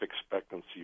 expectancy